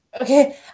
okay